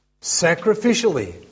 sacrificially